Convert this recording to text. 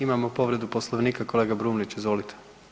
Imamo povredu Poslovnika, kolega Brumnić izvolite.